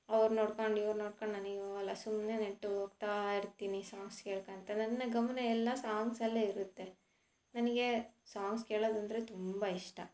ಅವ್ರು ನೋಡ್ಕೊಂಡು ಇವ್ರು ನೋಡ್ಕೊಂಡು ನಾನು ಹೀಗ್ ಹೋಗಲ್ಲ ಸುಮ್ಮನೆ ನೆಟ್ಟಗೆ ಹೋಗ್ತಾ ಇರ್ತೀನಿ ಸಾಂಗ್ಸ್ ಕೇಳ್ಕೊಂತ ನನ್ನ ಗಮನ ಎಲ್ಲ ಸಾಂಗ್ಸಲ್ಲೇ ಇರುತ್ತೆ ನನಗೆ ಸಾಂಗ್ಸ್ ಕೇಳೋದೆಂದ್ರೆ ತುಂಬ ಇಷ್ಟ